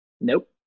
Nope